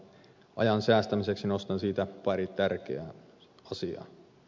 ajan säästämiseksi nostan siitä pari tärkeää asiaa